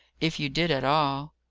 if you did at all.